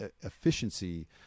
efficiency